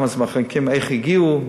איך הם הגיעו,